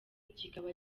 kikaba